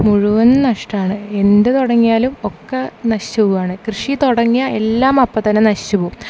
മുഴുവൻ നഷ്ടമാണ് എന്ത് തുടങ്ങിയാലും ഒക്കെ നശിച്ചു പോവുകയാണ് കൃഷി തുടങ്ങിയാ എല്ലാം അപ്പോൾ തന്നെ നശിച്ചു പോകും